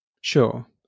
Sure